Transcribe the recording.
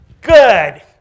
Good